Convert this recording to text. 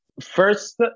First